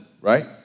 right